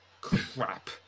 crap